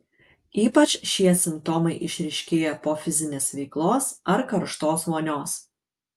ypač šie simptomai išryškėja po fizinės veiklos ar karštos vonios